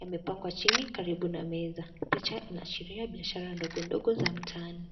yamepangwa chini karibu na meza ,picha inaashiria biashara ndogo ndogo ya mtaani.